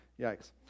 Yikes